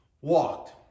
walked